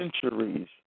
centuries